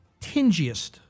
tingiest